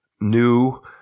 new